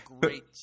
great